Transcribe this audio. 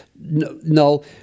No